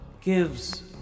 gives